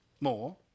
more